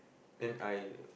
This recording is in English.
then I